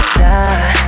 time